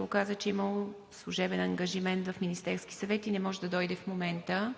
оказа, че премиерът имал служебен ангажимент в Министерския съвет и не може да дойде в момента.